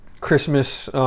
Christmas